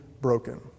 broken